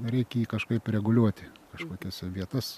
reikia jį kažkaip reguliuoti kažkokias vietas